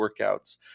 workouts